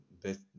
best